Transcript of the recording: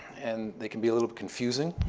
and they can be a little confusing.